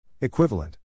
Equivalent